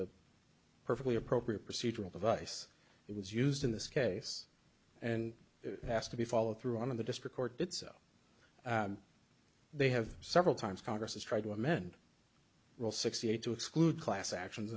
a perfectly appropriate procedural device it was used in this case and it has to be followed through on in the district court so they have several times congress has tried to amend rule sixty eight to exclude class action